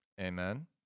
Amen